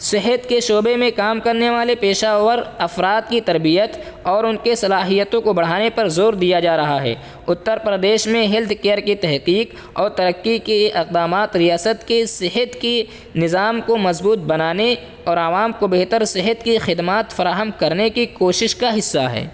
صحت کے شعبے میں کام کرنے والے پیشیور افراد کی تربیت اور ان کے صلاحیتوں کو بڑھانے پر زور دیا جا رہا ہے اترپردیش میں ہیلتھ کیئر کی تحقیق اور ترقی کے اقدامات ریاست کے صحت کی نظام کو مضبوط بنانے اور عوام کو بہتر صحت کی خدمات فراہم کرنے کی کوشش کا حصہ ہیں